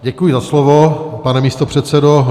Děkuji za slovo, pane místopředsedo.